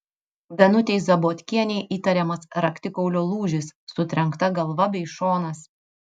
danutei zabotkienei įtariamas raktikaulio lūžis sutrenkta galva bei šonas